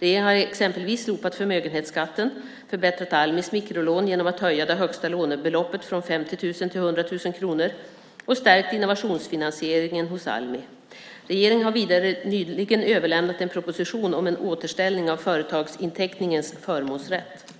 Regeringen har exempelvis slopat förmögenhetsskatten, förbättrat Almis mikrolån genom att höja det högsta lånebeloppet från 50 000 till 100 000 kronor och stärkt innovationsfinansieringen hos Almi. Regeringen har vidare nyligen överlämnat en proposition om en återställning av företagsinteckningens förmånsrätt.